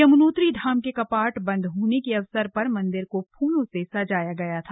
यमुनोत्री धाम के कपाट बंद होने के अवसर पर मंदिर को फूलों से सजाया गया था